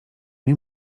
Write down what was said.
nie